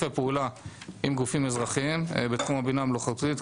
פעולה עם גופים אזרחיים בתחום הבינה המלאכותית.